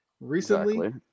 Recently